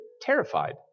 terrified